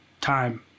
time